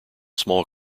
small